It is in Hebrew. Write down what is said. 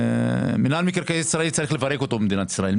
מינהל מקרקעי ישראל צריך לפרק אותו ממדינת ישראל.